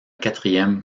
quatrième